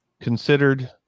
considered